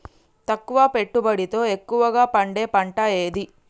తక్కువ పెట్టుబడితో ఎక్కువగా పండే పంట ఏది?